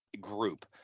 group